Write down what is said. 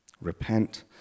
Repent